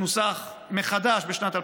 שנוסח מחדש בשנת 2010,